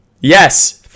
Yes